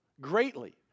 greatly